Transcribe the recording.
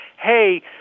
hey